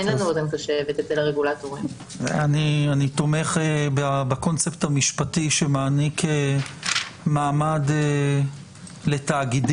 אין לנו --- אני תומך בקונספט המשפטי שמעניק מעמד לתאגידים.